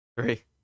Three